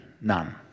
none